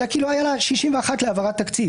אלא כי לא היה לה 61 להעברת תקציב.